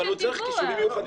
אבל הוא צריך כישורים מיוחדים.